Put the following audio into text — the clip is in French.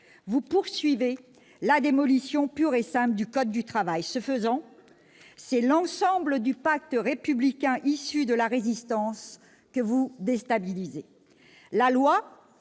Vous poursuivez la démolition pure et simple du code du travail. Ce faisant, c'est l'ensemble du pacte républicain issu de la Résistance que vous déstabilisez. La loi,